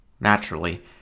Naturally